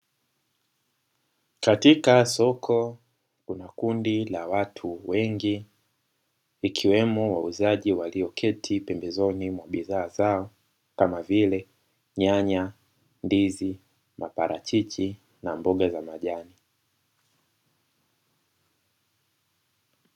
Katika soko kuna kundi la watu wengi ikiwemo wauzaji walioketi pembezoni mwa bidhaa zao kama vile nyanya, ndizi, maparachichi na mboga za majani.